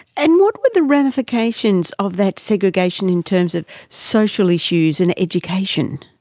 and what were the ramifications of that segregation in terms of social issues and education?